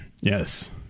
yes